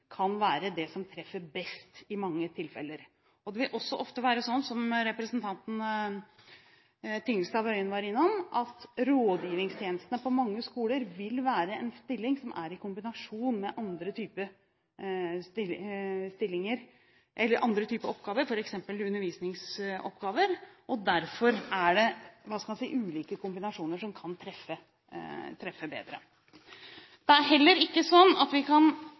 kan være det som treffer best i mange tilfeller. Det vil også ofte være sånn, som representanten Tingelstad Wøien var innom, at rådgivingstjenesten på mange skoler vil være en stilling som er i kombinasjon med andre typer oppgaver, f.eks. undervisningsoppgaver. Derfor er det ulike kombinasjoner som kan treffe bedre. Det er heller ikke sånn at de veiledningene og tilbakemeldingene vi